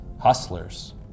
Hustlers